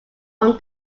from